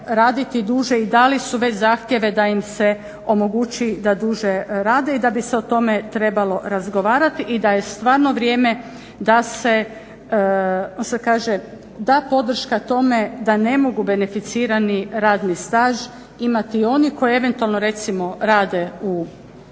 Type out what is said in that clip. raditi duže i dali su već zahtjeve da im se omogući da duže rade i da bi se o tome trebalo razgovarati i da je stvarno vrijeme da se da podrška tome da ne mogu beneficirani radni staž imati oni koji eventualno recimo rade u